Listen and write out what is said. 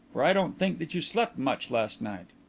for i don't think that you slept much last night.